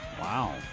Wow